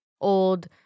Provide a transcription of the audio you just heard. old